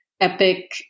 epic